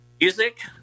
music